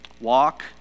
Walk